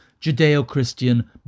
Judeo-Christian